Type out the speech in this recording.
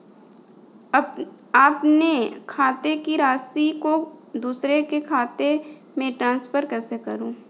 अपने खाते की राशि को दूसरे के खाते में ट्रांसफर कैसे करूँ?